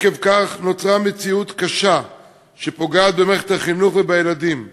עקב כך נוצרה מציאות קשה שפוגעת במערכת החינוך ובילדים.